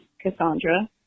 Cassandra